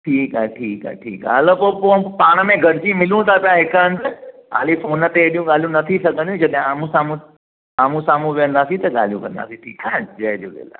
ठीकु आहे ठीकु आहे ठीकु आहे हलो पोइ पोइ पाण में गॾजी मिलूं था पिया हिकु हंधु हालि फोन ते एॾियूं ॻाल्हियूं न थी सघंदियूं जॾहिं आमू साम्हूं आमू साम्हूं वेहंदासीं त ॻाल्हियूं कंदासीं ठीकु आहे जय झूलेलाल